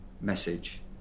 message